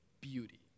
beauty